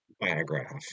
Biograph